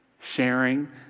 sharing